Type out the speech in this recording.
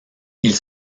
ils